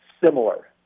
Similar